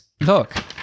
look